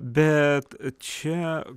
bet čia